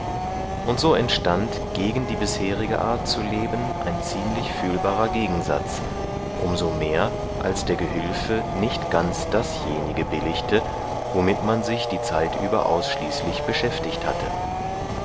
und so entstand gegen die bisherige art zu leben ein ziemlich fühlbarer gegensatz um so mehr als der gehülfe nicht ganz dasjenige billigte womit man sich die zeit über ausschließlich beschäftigt hatte